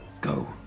Go